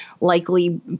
likely